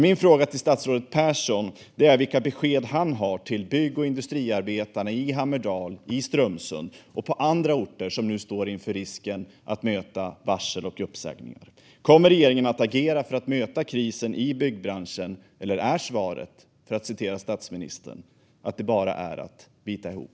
Min fråga till statsrådet Pehrson är vilka besked han har till bygg och industriarbetarna i Hammerdal i Strömsund och på andra orter som nu står inför risken att möta varsel och uppsägningar. Kommer regeringen att agera för att möta krisen i byggbranschen, eller är svaret - för att citera statsministern - att det bara är att bita ihop?